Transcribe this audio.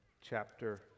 chapter